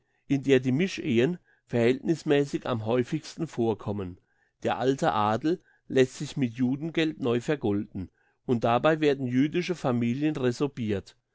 in der die mischehen verhältnissmässig am häufigsten vorkommen der alte adel lässt sich mit judengeld neu vergolden und dabei werden jüdische familien resorbirt